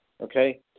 okay